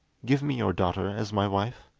give me your daughter as my wife